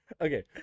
okay